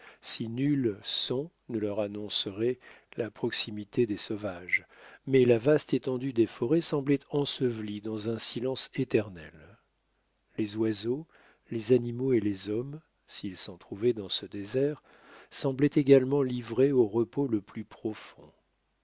si nul son ne leur annoncerait la proximité des sauvages mais la vaste étendue des forêts semblait ensevelie dans un silence éternel les oiseaux les animaux et les hommes s'il s'en trouvait dans ce désert semblaient également livrés au repos le plus profond